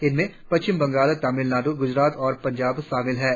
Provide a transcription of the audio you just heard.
इनमें पश्चिम बंगाल तामिलनाडू गुजरात और पंजाब शामिल थे